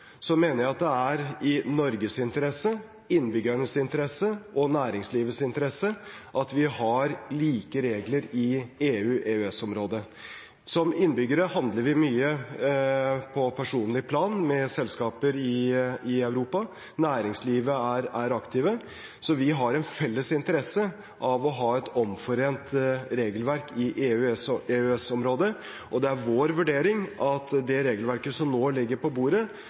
Så vi har en felles interesse av å ha et omforent regelverk i EU/EØS-området, og det er vår vurdering at det regelverket som nå ligger på bordet,